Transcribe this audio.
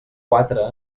quatre